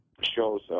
shows